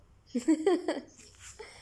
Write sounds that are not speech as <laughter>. <laughs>